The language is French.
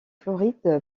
floride